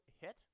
hit